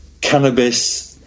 cannabis